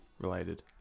related